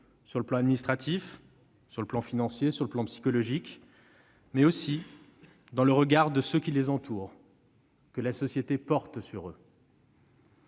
sur le plan administratif, financier et psychologique, mais aussi dans le regard que ceux qui les entourent, que la société portent sur elles.